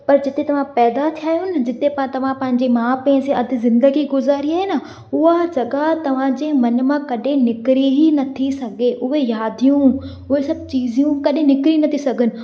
पर जिते तव्हां पैदा थिया आहियो न जिते प तव्हां पंहिंजे माउ पीउ सां अधु ज़िंदगी गुज़ारी आहे न उहा जॻहि तव्हां जे मन म कॾहिं निकिरी ई नथी सघे उहे यादियूं उहे सभु चीज़ियूं कॾहिं निकिरी नथी सघनि